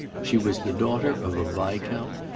she was the daughter of a viscount,